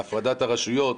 בהפרדת הרשויות,